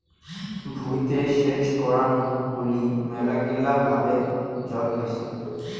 ভুঁইতে সেচ করাং হলি মেলাগিলা ভাবে জল পাইচুঙ